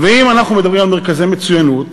ואם אנחנו מדברים על מרכזי מצוינות,